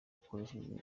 ukoresheje